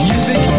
Music